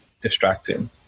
distracting